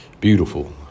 beautiful